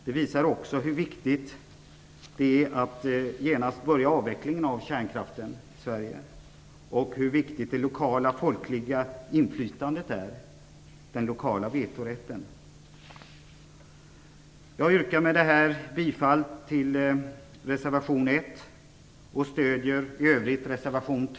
Det visar också hur viktigt det är att vi genast börjar med avvecklingen av kärnkraften i Sverige och hur viktigt det lokala folkliga inflytandet är - Med det anförda yrkar jag bifall till reservation 1